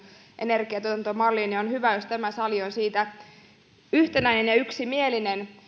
energiantuotantomalliin ja on hyvä jos tämä sali on siinä yhtenäinen ja yksimielinen